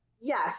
yes